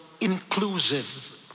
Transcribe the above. inclusive